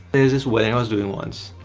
there's this wedding i was doing once.